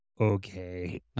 Okay